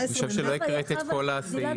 אני חושב שלא הקראת את כל הסעיף.